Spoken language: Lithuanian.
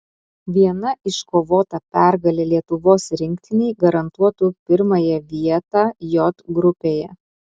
viena iškovota pergalė lietuvos rinktinei garantuotų pirmąją vietą j grupėje